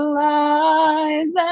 lies